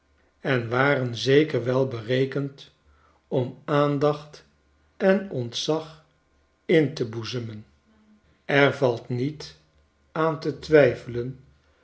en waren zeker wel berekend om aandacht en ontzag in te boezemen er valt niet aan te twijfelen